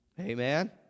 Amen